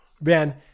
Ben